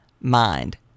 mind